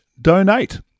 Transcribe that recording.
donate